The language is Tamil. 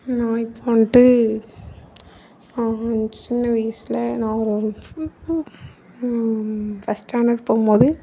நான் இப்போ வந்துட்டு நான் சின்ன வயசில் நான் ஒரு ஃபர்ஸ்ட் ஸ்டாண்டர்ட் போகும்போது